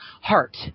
heart